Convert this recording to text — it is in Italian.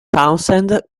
townsend